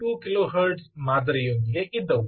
2 kilohertz ಮಾದರಿಯೊಂದಿಗೆ ಇದ್ದವು